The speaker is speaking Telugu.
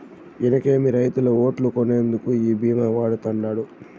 ఇనకేమి, రైతుల ఓట్లు కొనేందుకు ఈ భీమా వాడతండాడు